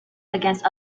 against